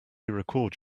record